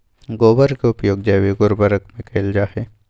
गोबर के उपयोग जैविक उर्वरक में कैएल जाई छई